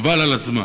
חבל על הזמן.